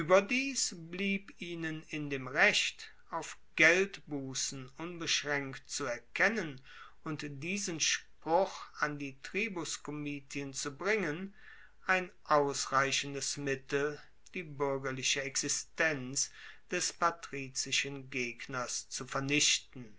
ueberdies blieb ihnen in dem recht auf geldbussen unbeschraenkt zu erkennen und diesen spruch an die tribuskomitien zu bringen ein ausreichendes mittel die buergerliche existenz des patrizischen gegners zu vernichten